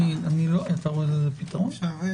בבקשה.